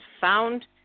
found